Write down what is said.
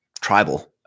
tribal